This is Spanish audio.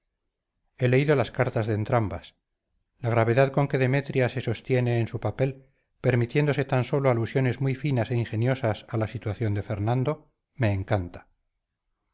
he leído las cartas de entrambas la gravedad con que demetria se sostiene en su papel permitiéndose tan sólo alusiones muy finas e ingeniosas a la situación de fernando me encanta